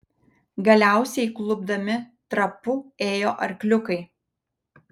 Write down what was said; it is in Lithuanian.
galiausiai klupdami trapu ėjo arkliukai